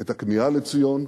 את הכמיהה לציון,